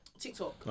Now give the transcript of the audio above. TikTok